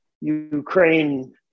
Ukraine